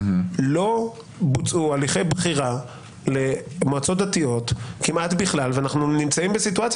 לא בוצעו הליכי בחירה למועצות דתיות כמעט בכלל ואנחנו נמצאים בסיטואציה